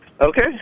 Okay